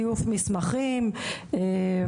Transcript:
זיוף מסמכים,